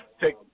take